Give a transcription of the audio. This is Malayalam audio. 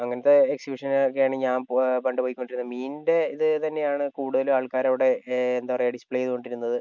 അങ്ങനത്തെ എക്സിബിഷനൊക്കെയാണ് ഞാൻ പണ്ട് പോയ്ക്കൊണ്ടിരുന്നത് മീനിൻ്റെ ഇത് തന്നെയാണ് കൂടുതലും ആൾക്കാരവിടെ എന്താ പറയുക ഡിസ്പ്ലേ ചെയ്തു കൊണ്ടിരുന്നത്